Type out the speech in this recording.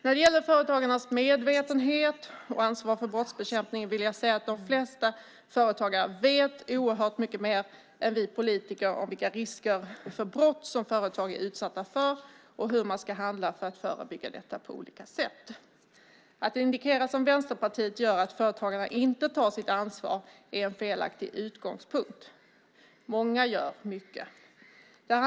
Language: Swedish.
När det gäller företagarnas medvetenhet och ansvar för brottsbekämpning vet de flesta företagare oerhört mycket mer än vi politiker om vilka risker för brott som företag är utsatta för och hur man ska handla för att förebygga detta på olika sätt. Det är en felaktig utgångspunkt att som Vänsterpartiet gör indikera att företagarna inte tar sitt ansvar. Många gör mycket.